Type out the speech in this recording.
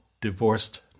divorced